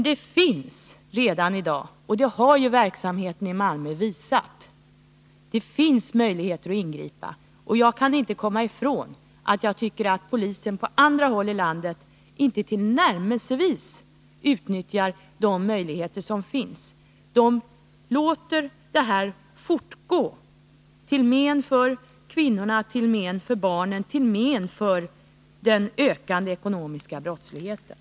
Det finns emellertid redan i dag — det har exemplen från Malmö bevisat — möjligheter att ingripa. Jag kan inte komma ifrån att jag tycker att polisen på andra håll i landet inte tillnärmelsevis utnyttjar de möjligheter som finns. Man låter den här verksamheten fortgå till men för kvinnorna, till men för barnen och till men för kampen mot den ökande ekonomiska brottsligheten.